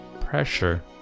pressure